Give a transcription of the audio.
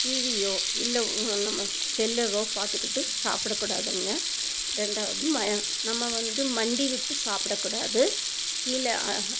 டிவியோ இல்லை நம்ம செல்லையோ பார்த்துக்கிட்டு சாப்பிட கூடாதுங்கள் ரெண்டாவது நம்ம வந்து மண்டியிட்டு சாப்பிட கூடாது கீழே